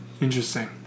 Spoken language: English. interesting